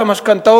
את המשכנתאות.